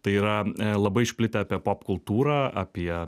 tai yra labai išplitę apie popkultūrą apie